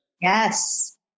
Yes